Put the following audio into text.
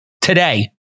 today